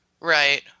Right